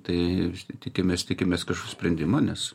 tai tikimės tikimės kažkokio sprendimo nes